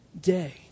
day